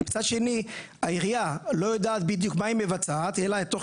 מצד שני העירייה לא יודעת בדיוק מה היא מבצעת אלא תוך